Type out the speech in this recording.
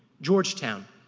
georgetown.